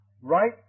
Right